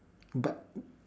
but